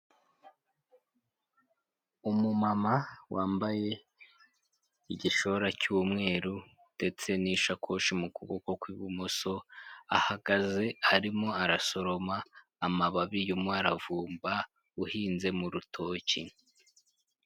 Umumama wambaye igishora cy'umweru ndetse n'ishakoshi mu kuboko kw'ibumoso, ahagaze arimo arasoroma amababi y'umuharavumba uhinze mu rutoki.